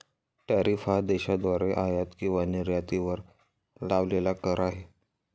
tariff हा देशाद्वारे आयात किंवा निर्यातीवर लावलेला कर आहे